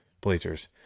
bleachers